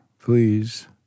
please